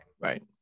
Right